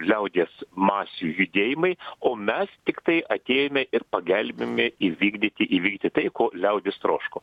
liaudies masių judėjimai o mes tiktai atėjome ir pagelbėjome įvykdyti įvykti tai ko liaudis troško